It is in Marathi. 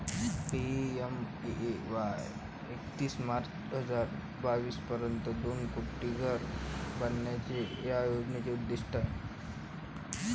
पी.एम.ए.वाई एकतीस मार्च हजार बावीस पर्यंत दोन कोटी घरे बांधण्याचे या योजनेचे उद्दिष्ट आहे